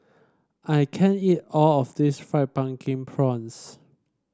I can't eat all of this Fried Pumpkin Prawns